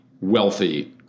wealthy